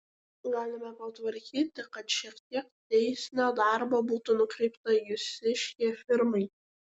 galime patvarkyti kad šiek tiek teisinio darbo būtų nukreipta jūsiškei firmai